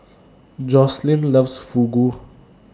Joslyn loves Fugu